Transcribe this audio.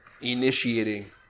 initiating